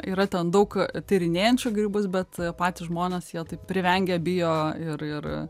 yra ten daug tyrinėjančių grybus bet patys žmonės jie taip privengia bijo ir ir